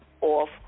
off